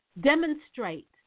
demonstrate